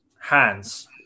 hands